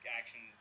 action